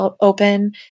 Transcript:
open